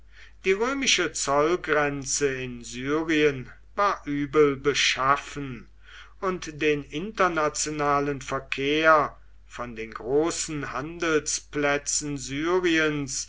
die römische zollgrenze in syrien war übel beschaffen und den internationalen verkehr von den großen handelsplätzen syriens